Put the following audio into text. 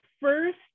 first